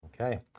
Okay